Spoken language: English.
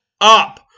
up